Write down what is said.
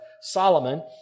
Solomon